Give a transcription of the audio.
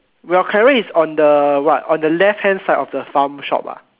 your carrot is on the what on the left hand side of the farm shop ah